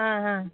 आं हां